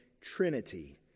trinity